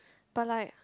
but like